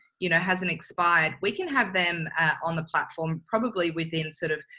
you know, hasn't expired, we can have them on the platform, probably within sort of,